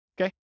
Okay